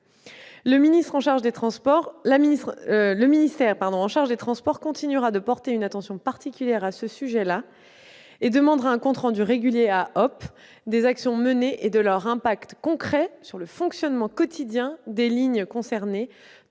Le ministère chargé des transports continuera de porter une attention particulière à ce sujet et demandera un compte rendu régulier à Hop ! des actions menées et de leur impact concret sur le fonctionnement quotidien des lignes concernées,